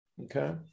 Okay